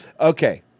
Okay